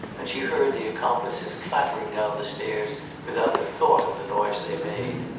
and she heard the accomplices clattering down the stairs without a thought of the noise they made.